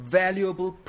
valuable